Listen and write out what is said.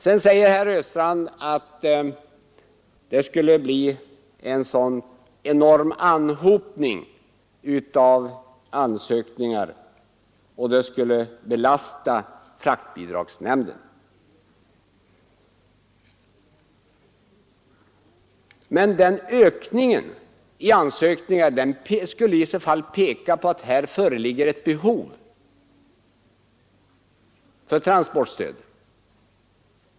Sedan säger herr Östrand att det skulle bli en enorm anhopning av ansökningar om man sänkte viktgränsen ytterligare och att det skulle belasta fraktbidragsnämnden. Men den ökningen av antalet ansökningar skulle i så fall peka på att här föreligger ett behov av transportstöd.